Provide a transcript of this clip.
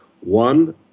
one